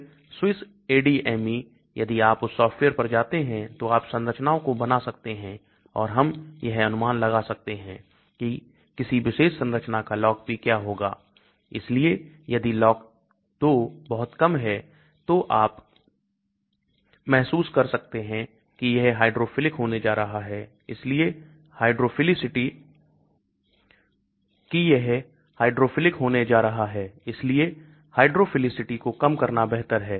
फिर SwissADME यदि आप उस सॉफ्टवेयर पर जाते हैं तो आप संरचनाओं को बना सकते हैं और हम यह अनुमान लगा सकते हैं कि किसी विशेष संरचना का LogP क्या होगा इसलिए यदि LogP 2 बहुत कम है तो आप महसूस कर सकते हैं की यह हाइड्रोफिलिक होने जा रहा है इसलिए हाइड्रोफीलिसिटी को कम करना बेहतर है